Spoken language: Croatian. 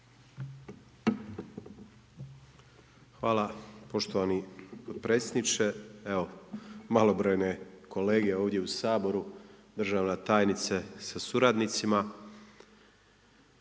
Hvala poštovani potpredsjedniče, evo, malobrojne kolege ovdje u Saboru, državna tajnice sa suradnicima,